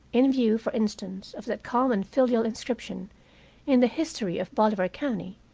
in view, for instance, of that calm and filial inscription in the history of bolivar county,